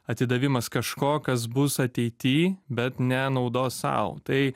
atidavimas kažko kas bus ateity bet ne naudos sau tai